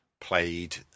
played